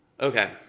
Okay